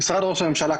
משרד ראש הממשלה,